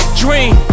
dream